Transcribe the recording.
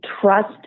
trust